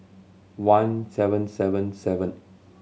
one seven seven seven